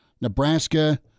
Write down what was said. Nebraska